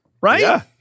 Right